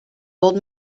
old